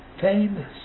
famous